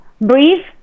breathe